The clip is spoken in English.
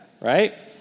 right